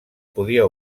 podia